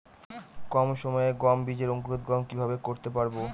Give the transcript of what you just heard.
কম সময়ে গম বীজের অঙ্কুরোদগম কিভাবে করতে পারব?